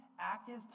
active